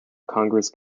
congress